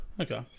Okay